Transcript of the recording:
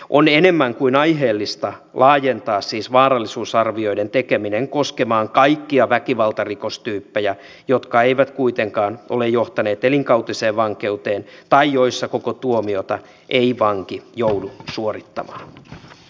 on enemmän kuin aiheellista laajentaa siis vaarallisuusarvioiden tekeminen koskemaan kaikkia väkivaltarikostyyppejä jotka eivät kuitenkaan ole johtaneet elinkautiseen vankeuteen tai joissa koko tuomiota ei vanki joudu suorittamaan